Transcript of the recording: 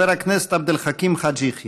חבר הכנסת עבד אל חכים חאג' יחיא.